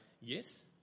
yes